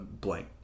blank